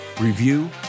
review